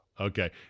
Okay